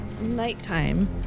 nighttime